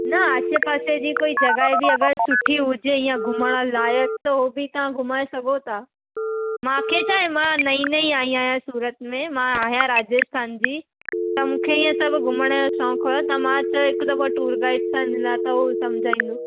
न आसिपासि जी कोई जॻह बि अगरि सुठी हुजे इअं घुमणु लाइक़ त उहो बि तव्हां घुमाए सघो था मूंखे छाहे मां नई नई आईं आहियां सूरत में मां आहियां राजस्थान जी त मूंखे इअं सभु घुमण जो शौक़ु उहो त मां चयो हिकु दफ़ो टूर गाइड सां मिला त उहो समुझाईंदो